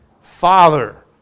Father